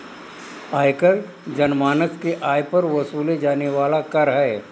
आयकर जनमानस के आय पर वसूले जाने वाला कर है